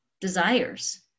desires